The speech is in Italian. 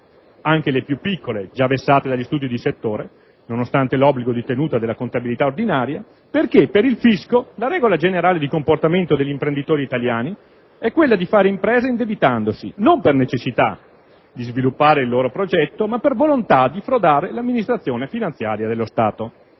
(anche le più piccole, già vessate dagli studi di settore, nonostante l'obbligo di tenuta della contabilità ordinaria), perché per il fisco la regola generale di comportamento degli imprenditori italiani è quella di fare impresa indebitandosi, non per necessità di sviluppare il loro progetto, ma per volontà di frodare l'amministrazione finanziaria dello Stato.